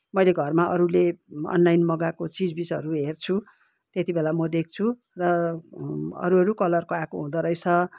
मैले घरमा अरूले अनलाइन मगाएको चिजबिजहरू हेर्छु त्यतिबेला म देख्छु र अरू अरू कलरको आएको हुँदो रहेछ